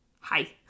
hi